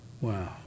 Wow